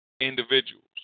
individuals